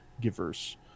givers